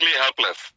helpless